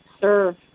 serve